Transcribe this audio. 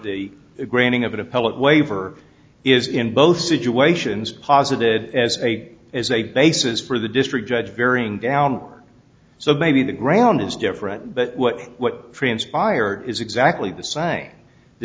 the granting of an appellate waiver is in both situations posited as a as a basis for the district judge varying down so maybe the ground is different but what what transpired is exactly the same the